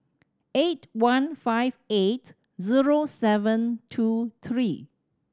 eight one five eight zero seven two three